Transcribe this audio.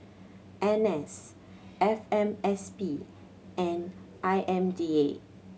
N S F M S P and I M D A